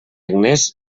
agnés